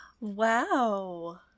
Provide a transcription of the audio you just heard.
Wow